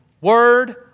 Word